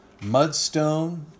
Mudstone